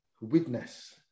witness